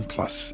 Plus